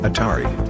Atari